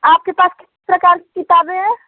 आपके पास किस प्रकार की किताबें हैं